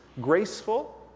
graceful